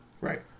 Right